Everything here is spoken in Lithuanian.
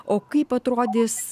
o kaip atrodys